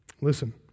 Listen